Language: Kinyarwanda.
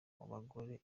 abagore